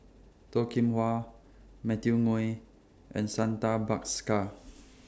Toh Kim Hwa Matthew Ngui and Santha Bhaskar